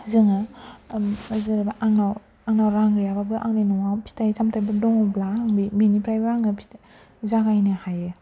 जोङो जेनेबा आंनाव आंनाव रां गैयाब्लाबो आंनि न'आव फिथाइ सामथाइफोर दङब्ला आं बेनिफ्रायबो आङो जागायनो हायो